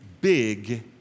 big